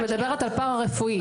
את מדברת על פרא רפואי.